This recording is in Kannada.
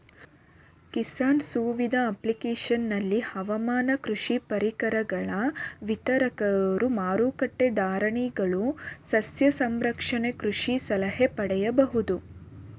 ಕಿಸಾನ್ ಸುವಿಧ ಅಪ್ಲಿಕೇಶನಲ್ಲಿ ಹವಾಮಾನ ಕೃಷಿ ಪರಿಕರಗಳ ವಿತರಕರು ಮಾರಕಟ್ಟೆ ಧಾರಣೆಗಳು ಸಸ್ಯ ಸಂರಕ್ಷಣೆ ಕೃಷಿ ಸಲಹೆ ಪಡಿಬೋದು